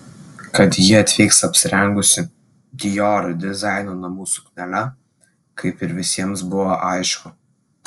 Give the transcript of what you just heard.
kad ji atvyks apsirengusi dior dizaino namų suknele kaip ir visiems buvo aišku